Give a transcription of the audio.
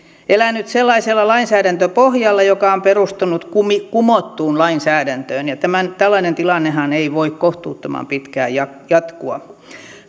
elänyt sellaisella lainsäädäntöpohjalla joka on perustunut kumottuun lainsäädäntöön tällainen tilannehan ei voi kohtuuttoman pitkään jatkua